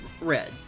Red